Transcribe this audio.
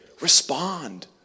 Respond